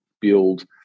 build